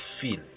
feel